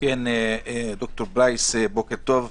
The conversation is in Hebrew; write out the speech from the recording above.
ד"ר פרייס, בוקר טוב.